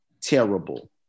terrible